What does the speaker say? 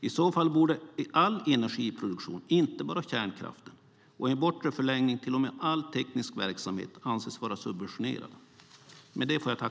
I så fall borde all energiproduktion, inte bara kärnkraften, och i en bortre förlängning till och med all teknisk verksamhet anses vara subventionerad.